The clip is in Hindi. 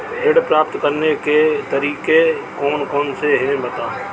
ऋण प्राप्त करने के तरीके कौन कौन से हैं बताएँ?